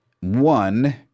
one